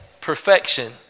perfection